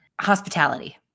hospitality